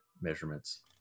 measurements